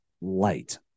light